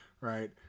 Right